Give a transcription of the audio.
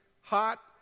hot